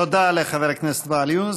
תודה לחבר הכנסת ואאל יונס.